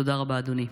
תודה רבה, אדוני.